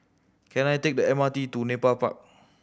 can I take the M R T to Nepal Park